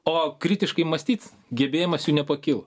o kritiškai mąstyt gebėjimas jų nepakilo